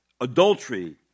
adultery